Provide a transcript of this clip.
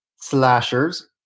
slashers